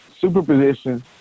Superposition